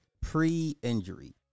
Pre-injury